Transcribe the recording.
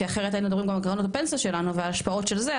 כי אחרת היינו מדברים גם על קרנות הפנסיה שלנו וההשפעות של זה,